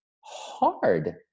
hard